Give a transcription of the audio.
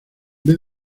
vez